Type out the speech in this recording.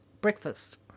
breakfast